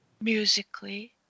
musically